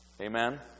Amen